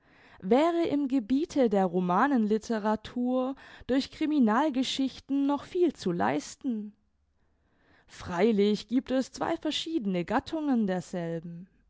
wäre im gebiete der romanen litteratur durch criminal geschichten noch viel zu leisten freilich giebt es zwei verschiedene gattungen derselben